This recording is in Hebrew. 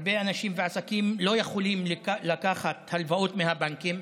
הרבה אנשים ועסקים לא יכולים לקחת הלוואות מהבנקים.